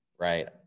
right